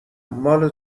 مال